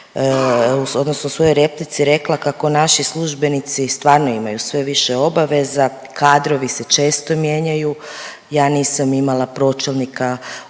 odnosno u svojoj replici rekla kako naši službenici stvarno imaju sve više obaveza, kadrovi se često mijenjaju. Ja nisam imala pročelnika Odjela